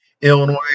Illinois